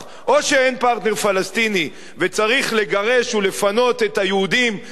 או שאין פרטנר פלסטיני וצריך לגרש ולפנות את היהודים כדי